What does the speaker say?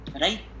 Right